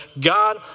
God